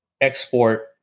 export